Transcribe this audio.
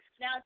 Now